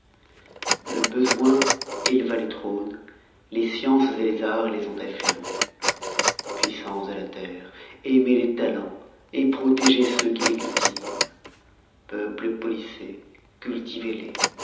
le besoin éleva les trônes les sciences les arts les ont affermis puissances de la terre aimez les talens protégez ceux qui les cultivent peuples policés